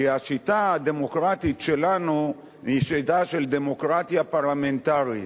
כי השיטה הדמוקרטית שלנו היא שיטה של דמוקרטיה פרלמנטרית,